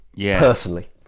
personally